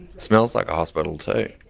smells like a hospital too.